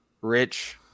Rich